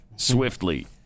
Swiftly